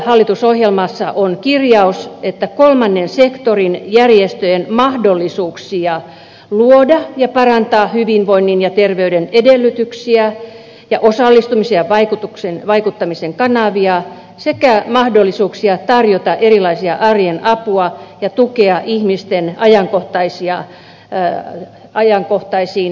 hallitusohjelmassa on kirjaus että vahvistetaan kolmannen sektorin järjestöjen mahdollisuuksia luoda ja parantaa hyvinvoinnin ja terveyden edellytyksiä ja osallistumisen ja vaikuttamisen kanavia sekä mahdollisuuksia tarjota erilaista arjen apua ja tukea ihmisten ajankohtaisiin tarpeisiin